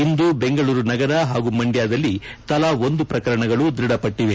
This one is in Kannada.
ಇಂದು ಬೆಂಗಳೂರು ನಗರ ಪಾಗೂ ಮಂಡ್ಕದಲ್ಲಿ ತಲಾ ಒಂದು ಪ್ರಕರಣಗಳು ದೃಢಪಟ್ಟವೆ